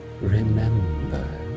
remember